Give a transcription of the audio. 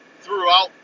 Throughout